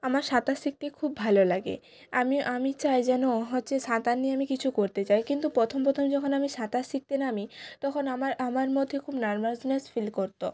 আমার সাঁতার শিখতে খুব ভালো লাগে আমি আমি চাই যেন হচ্ছে সাঁতার নিয়ে আমি কিছু করতে চাই কিন্তু প্রথম প্রথম যখন আমি সাঁতার শিখতে নামি তখন আমার আমার মধ্যে খুব নার্ভাসনেস ফিল করতো